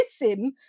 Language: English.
missing